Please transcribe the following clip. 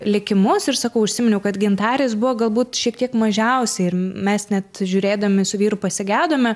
likimus ir sakau užsiminiau kad gintarės buvo galbūt šiek tiek mažiausiai ir mes net žiūrėdami su vyru pasigedome